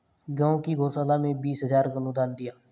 गांव की गौशाला में बीस हजार का अनुदान दिया